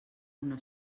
una